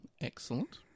Excellent